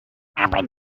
aber